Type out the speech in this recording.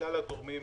כלל הגורמים